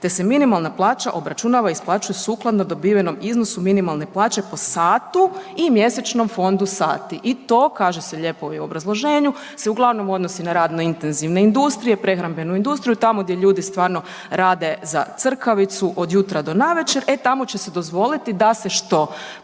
te se minimalna plaća obračunava i isplaćuje sukladno dobivenom iznosu minimalne plaće po satu i mjesečnom fondu sati i to kaže se lijepo i u obrazloženju, se uglavnom odnosi na radno intenzivne industrije, prehrambenu industriju, tamo gdje ljudi stvarno rade za crkavicu od jutra do navečer, e tamo će se dozvoliti da se što,